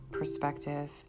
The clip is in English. Perspective